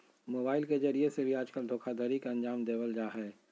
mobile के जरिये से भी आजकल धोखाधडी के अन्जाम देवल जा हय